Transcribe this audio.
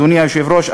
אדוני היושב-ראש,